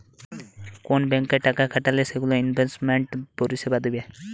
কুন ব্যাংকে টাকা খাটালে সেগুলো ইনভেস্টমেন্ট পরিষেবা দিবে